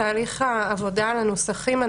בתהליך העבודה על הנוסחים,